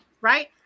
Right